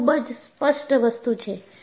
આ ખૂબ જ સ્પષ્ટ વસ્તુ છે